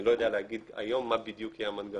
אני לא יודע להגיד היום מה בדיוק יהיה המנגנון.